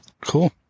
Cool